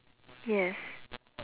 yes